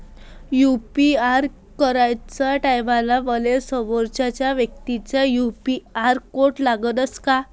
UPI कराच्या टायमाले मले समोरच्या व्यक्तीचा क्यू.आर कोड लागनच का?